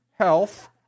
health